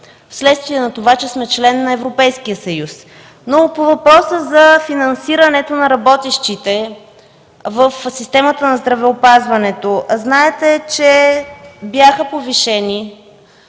вследствие на това, че сме член на Европейския съюз. По въпроса за финансирането на работещите в системата на здравеопазването. Знаете, че бяха повишени